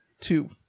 Two